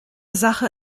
sache